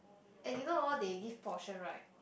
and you know hor they give portion right